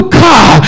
car